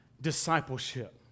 discipleship